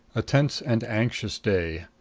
a tense and anxious day.